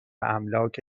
املاک